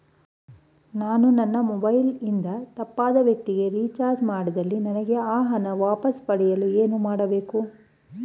ನಾನು ನನ್ನ ಮೊಬೈಲ್ ಇಂದ ತಪ್ಪಾದ ವ್ಯಕ್ತಿಗೆ ರಿಚಾರ್ಜ್ ಮಾಡಿದಲ್ಲಿ ನನಗೆ ಆ ಹಣ ವಾಪಸ್ ಪಡೆಯಲು ಏನು ಮಾಡಬೇಕು?